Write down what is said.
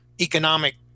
economic